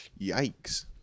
yikes